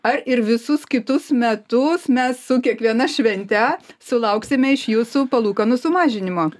ar ir visus kitus metus mes su kiekviena švente sulauksime iš jūsų palūkanų sumažinimo